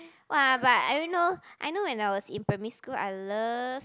[wah] but I don't know I know when I was in primary school I love